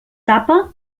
tapa